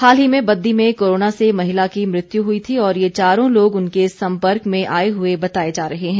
हाल ही में बद्दी में कोरोना से महिला की मृत्यु हुई थी और ये चारों लोग उनके संपर्क में आए हुए बताए जा रहे हैं